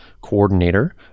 coordinator